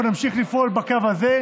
אנחנו נמשיך לפעול בקו הזה,